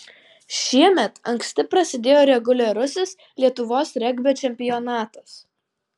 šiemet anksti prasidėjo reguliarusis lietuvos regbio čempionatas